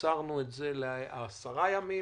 קיצרנו את זה ל-10 ימים,